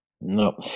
No